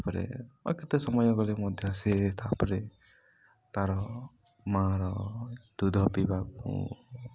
ତା'ପରେ କେତେ ସମୟ କଲେ ମଧ୍ୟ ସେ ତା'ପରେ ତା'ର ମାଆର ଦୁଧ ପିଇବାକୁ